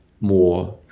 more